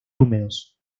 húmedos